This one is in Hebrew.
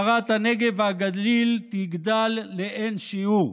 הפקרת הנגב והגליל תגדל לאין-שיעור,